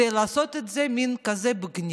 מכדי לעשות את זה במין גנבה.